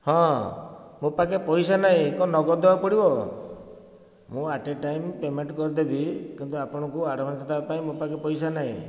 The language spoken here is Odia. ହଁ ମୋ' ପାଖେ ପଇସା ନାହିଁ କ'ଣ ନଗଦ ଦେବାକୁ ପଡ଼ିବ ମୁଁ ଆଟ୍ ଏ ଟାଇମ୍ ପେମେଣ୍ଟ୍ କରିଦେବି କିନ୍ତୁ ଆପଣଙ୍କୁ ଆଡ଼ଭାନ୍ସ ଦେବାପାଇଁ ମୋ' ପାଖେ ପଇସା ନାହିଁ